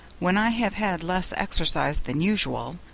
when i have had less exercise than usual,